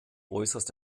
äußerst